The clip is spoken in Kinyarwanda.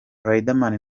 riderman